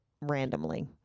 randomly